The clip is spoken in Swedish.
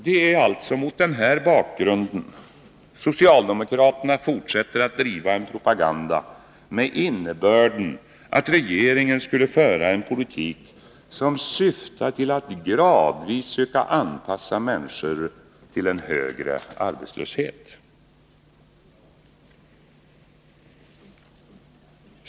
Det är alltså mot den här bakgrunden som socialdemokraterna fortsätter att driva en propaganda, med innebörden att regeringen skulle föra en politik som syftar till att gradvis söka anpassa människor till en högre arbetslöshet.